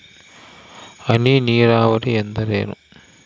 ಹನಿ ನೇರಾವರಿ ಎಂದರೇನು?